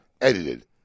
Edited